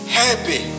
happy